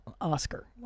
Oscar